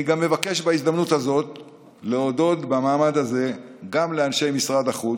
אני מבקש להודות במעמד הזה גם לאנשי משרד החוץ,